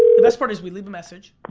the best part is we leave a message.